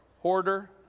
Hoarder